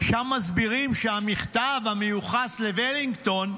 שם מסבירים שהמכתב מיוחס לוולינגטון,